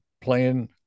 playing